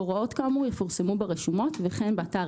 הוראות כאמור יפורסמו ברשומות וכן באתר